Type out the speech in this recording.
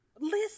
listen